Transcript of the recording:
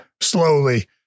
slowly